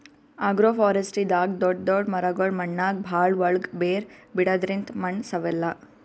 ಅಗ್ರೋಫಾರೆಸ್ಟ್ರಿದಾಗ್ ದೊಡ್ಡ್ ದೊಡ್ಡ್ ಮರಗೊಳ್ ಮಣ್ಣಾಗ್ ಭಾಳ್ ಒಳ್ಗ್ ಬೇರ್ ಬಿಡದ್ರಿಂದ್ ಮಣ್ಣ್ ಸವೆಲ್ಲಾ